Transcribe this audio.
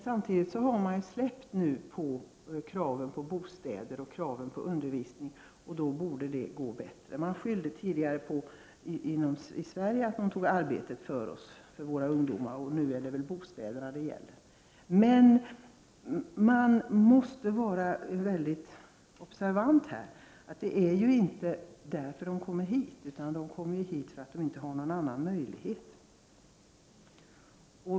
Samtidigt har man släppt på kraven på bostäder och utbildning. Då borde det gå bättre. Tidigare skyllde man i Sverige på att invandrarna tog arbete för oss och för våra ungdomar. Nu är det väl bostäder det gäller. Men man måste vara väldigt observant. Det är inte därför de har kommit hit, utan de har kommit hit därför att de inte har någon annan möjlighet.